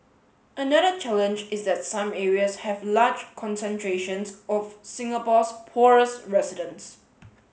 another challenge is that some areas have large concentrations of Singapore's poorest residents